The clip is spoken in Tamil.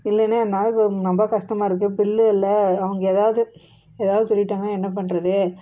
இல்லைன்னா என் நாளைக்கு ரொம்ப கஷ்டமாக இருக்குது பில்லு இல்லை அவங்க ஏதாவுது ஏதாவுது சொல்லிட்டாங்கன்னால் என்ன பண்ணுறது